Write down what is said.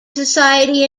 society